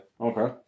Okay